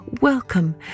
Welcome